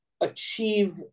achieve